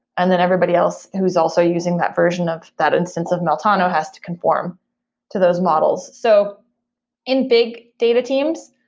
and then everybody else who's also using that version of that instance of meltano has to conform to those models so in big data teams,